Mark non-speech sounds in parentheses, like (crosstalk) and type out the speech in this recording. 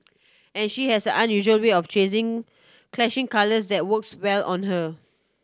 and she has an unusual way of (unintelligible) clashing colours that works well on her